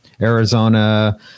Arizona